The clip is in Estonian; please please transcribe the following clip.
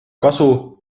kasu